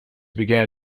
began